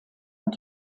und